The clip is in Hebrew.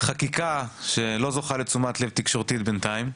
חקיקה שלא זוכה לתשומת לב תקשורתית בינתיים.